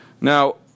Now